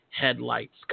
headlights